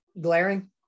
glaring